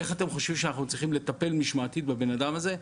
איך אתם חושבים שאנחנו צריכים לטפל משמעתית בבן אדם הזה?